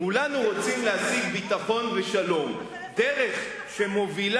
כולנו רוצים להשיג ביטחון ושלום אבל איפה האלטרנטיבה